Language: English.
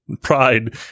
pride